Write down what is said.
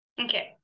Okay